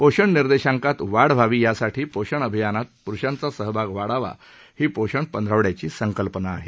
पोषण निर्देशांकात वाढ व्हावी यासाठी पोषण अभियानात पुरुषांचा सहभाग वाढावा ही पोषण पंधरवड्याची संकल्पना आहे